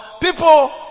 people